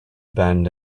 bend